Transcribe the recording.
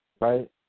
right